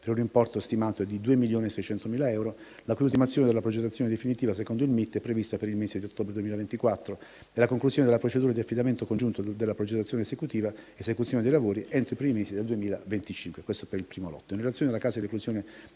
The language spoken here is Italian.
per un importo stimato di 2,6 milioni di euro, la cui ultimazione della progettazione definitiva - secondo il MIT - è prevista per il mese di ottobre 2024, e la conclusione della procedura di affidamento congiunto della progettazione esecutiva e dell'esecuzione dei lavori entro i primi mesi del 2025. Questo per il primo lotto.